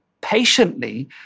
patiently